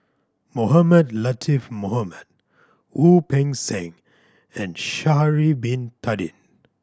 Mohamed Latiff Mohamed Wu Peng Seng and Sha'ari Bin Tadin